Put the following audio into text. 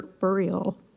burial